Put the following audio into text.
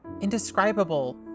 Indescribable